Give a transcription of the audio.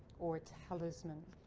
or a talisman.